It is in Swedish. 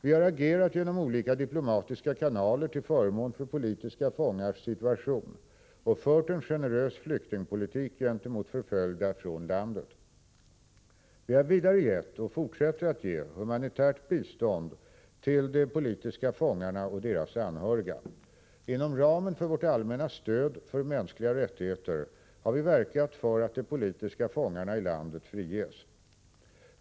Vi har agerat genom olika diplomatiska kanaler till förmån för politiska fångars situation och fört en generös flyktingpolitik gentemot förföljda från landet. Vi har vidare gett och fortsätter att ge humanitärt bistånd till de politiska fångarna och deras anhöriga. Inom ramen för vårt allmänna stöd för mänskliga rättigheter har vi verkat för att de politiska fångarna i landet friges.